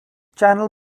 channel